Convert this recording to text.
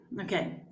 okay